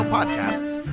Podcasts